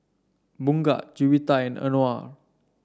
Bunga Juwita and Anuar